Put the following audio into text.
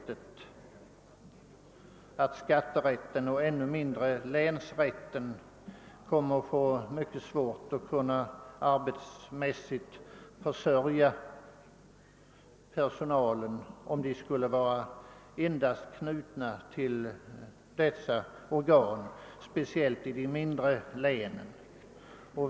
Både länsskatterätten och i ännu högre grad länsrätten kommer om de skall vara fristående utan tvivel att få mycket svårt att arbetsmässigt försörja. personalen, speciellt i de mindre länen.